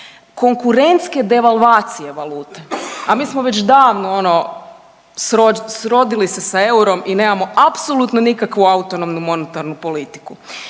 konkurentske devalvacije valute, a mi smo već davno ono srodili se sa eurom i nemamo apsolutno nikakvu autonomnu monetarnu politiku.